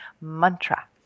mantra